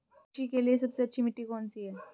कृषि के लिए सबसे अच्छी मिट्टी कौन सी है?